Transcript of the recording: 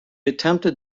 attempted